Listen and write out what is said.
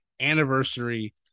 anniversary